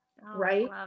right